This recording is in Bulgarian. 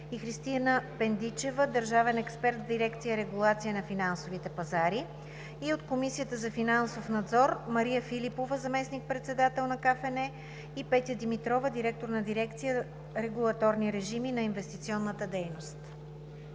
и Христина Пендичева – държавен експерт в дирекция „Регулация на финансовите пазари“; от Комисията за финансов надзор: Мария Филипова – заместник-председател, Петя Димитрова – директор на дирекция „Регулаторни режими на инвестиционната дейност“.